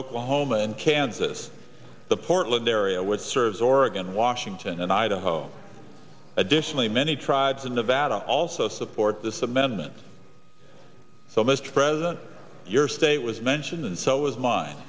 oklahoma and kansas the portland area which serves oregon washington and idaho additionally many tribes in nevada also support this amendment so mr president your state was mentioned and so is mine